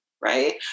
Right